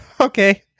Okay